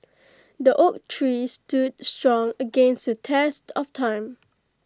the oak tree stood strong against the test of time